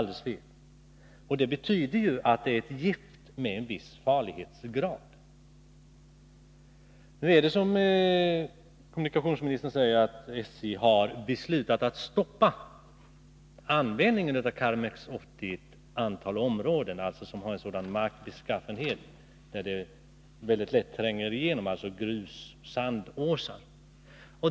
Det betyder att medlet är ett gift med viss farlighetsgrad. Som kommunikationsministern säger har SJ beslutat att stoppa användningen av Karmex 80 i ett antal områden där markbeskaffenheten är sådan att medlet mycket lätt tränger igenom, dvs. grusoch sandåsar.